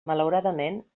malauradament